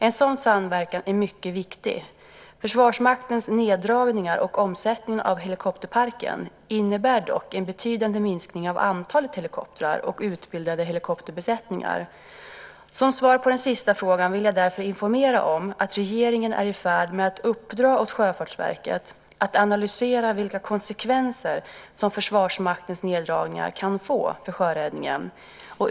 En sådan samverkan är mycket viktig. Försvarsmaktens neddragningar och omsättningen av helikopterparken innebär dock en betydande minskning av antalet helikoptrar och utbildade helikopterbesättningar. Som svar på den sista frågan vill jag därför informera om att regeringen är i färd med att uppdra åt Sjöfartsverket att analysera vilka konsekvenser som Försvarsmaktens neddragningar kan få för sjöräddningen.